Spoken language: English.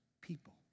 people